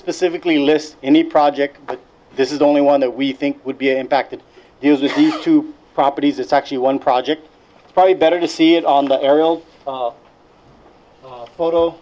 specifically list any project this is only one that we think would be impacted using these two properties it's actually one project probably better to see it on the aerial photo